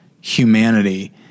humanity